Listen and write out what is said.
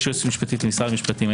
יש יועצת משפטית למשרד המשפטים.